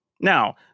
Now